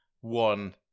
one